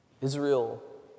Israel